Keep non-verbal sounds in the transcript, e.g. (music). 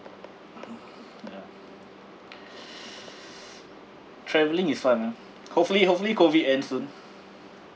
(breath) ya (breath) travelling is one ah hopefully hopefully COVID end soon